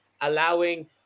allowing